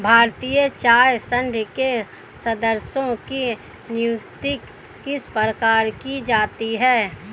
भारतीय चाय संघ के सदस्यों की नियुक्ति किस प्रकार की जाती है?